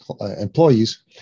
employees